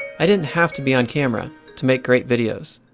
i didn't have to be on camera to make great videos.